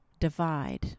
divide